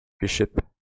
bishop